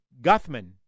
Guthman